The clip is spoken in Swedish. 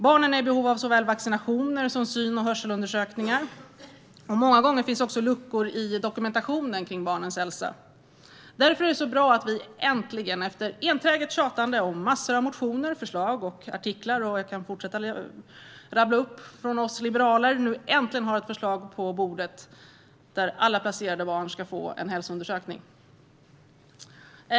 Barnen är i behov av såväl vaccinationer som syn och hörselundersökningar. Många gånger finns också luckor i dokumentationen när det gäller barnens hälsa. Därför är det bra att vi nu äntligen, efter enträget tjatande och massor av motioner, förslag och artiklar från oss liberaler, nu äntligen har ett förslag på bordet om att alla placerade barn ska få en hälsoundersökning.